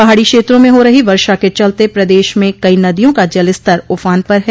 पहाड़ी क्षेत्रों में हो रही वर्षा के चलते प्रदेश में कई नदियों का जलस्तर उफान पर है